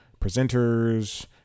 presenters